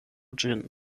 ĝin